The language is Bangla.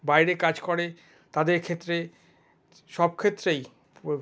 বাইরে কাজ করে তাদের ক্ষেত্রে সব ক্ষেত্রেই